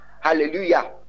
hallelujah